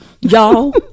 Y'all